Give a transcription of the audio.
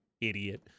idiot